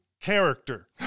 character